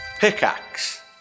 Pickaxe